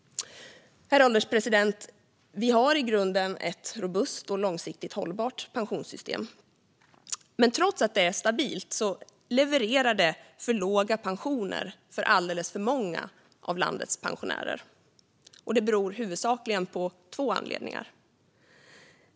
Herr ålderspresident! Vi har i grunden ett robust och långsiktigt hållbart pensionssystem. Men trots att det är stabilt levererar det alldeles för låga pensioner åt för många av landets pensionärer. Det beror huvudsakligen på två faktorer.